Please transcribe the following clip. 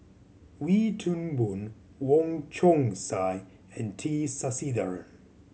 Wee Toon Boon Wong Chong Sai and T Sasitharan